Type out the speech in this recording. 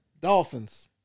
Dolphins